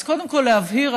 אז קודם כול להבהיר,